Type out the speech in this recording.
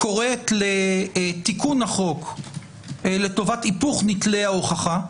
קוראת לתיקון החוק לטובת היפוך נטלי ההוכחה.